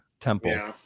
temple